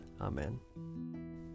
Amen